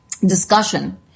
discussion